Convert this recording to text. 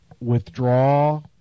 withdraw